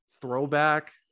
throwback